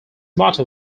motto